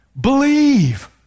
Believe